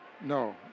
No